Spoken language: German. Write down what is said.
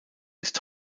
ist